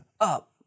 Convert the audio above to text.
up